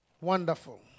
Wonderful